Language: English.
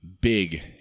big